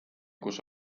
kus